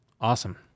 awesome